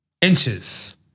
inches